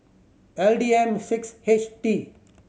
L D M six H T